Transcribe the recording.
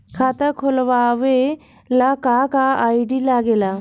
खाता खोलवावे ला का का आई.डी लागेला?